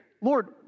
Lord